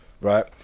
right